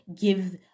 give